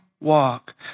walk